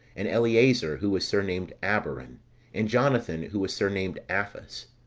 and eleazar, who was surnamed abaron and jonathan, who was surnamed apphus.